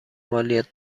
مالیات